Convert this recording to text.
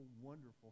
wonderful